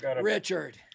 Richard